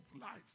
life